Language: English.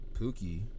Pookie